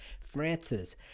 Francis